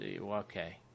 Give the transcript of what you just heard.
okay